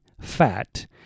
fat